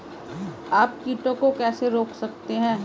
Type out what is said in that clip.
आप कीटों को कैसे रोक सकते हैं?